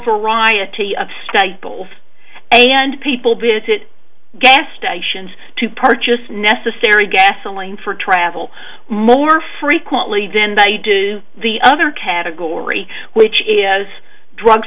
variety of straggle and people because it gets stations to purchase necessary gasoline for travel more frequently than they do the other category which is drug